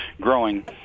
growing